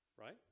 Right